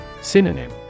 Synonym